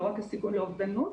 לא רק הסיכון לאובדנות,